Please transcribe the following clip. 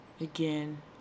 again